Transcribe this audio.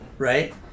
Right